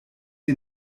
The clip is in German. ihn